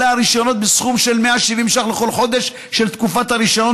בסכום של 170 ש"ח לכל חודש של תקופת הרישיון,